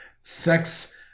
sex